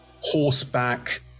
horseback